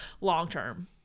long-term